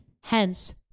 hence